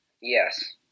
Yes